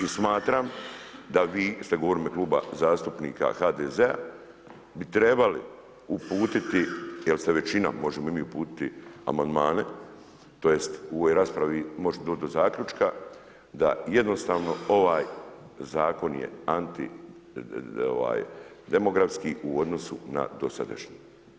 I smatram da vi ste govorili u ime Kluba zastupnika HDZ-a bi trebali uputiti, jer ste većina, možemo i mi uputiti amandmana tj. u ovoj raspravi možete doći do zaključka da jednostavno ovaj Zakon je antidemografski u odnosu na dosadašnji.